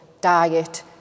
diet